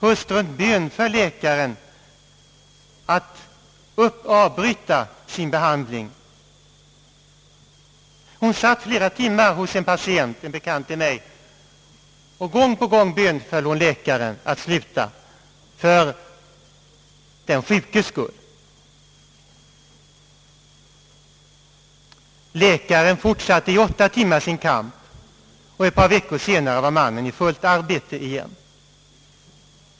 Hustrun bönföll läkaren att avbryta sin behandling. Läkaren fortsatte sin kamp i åtta timmar. Och ett par veckor senare var den sjuke i fullt arbete igen.